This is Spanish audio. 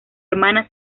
hermana